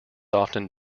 often